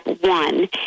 one